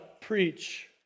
preach